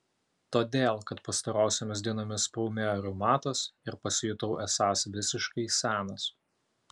todėl kad pastarosiomis dienomis paūmėjo reumatas ir pasijutau esąs visiškai senas